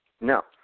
No